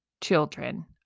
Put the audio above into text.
children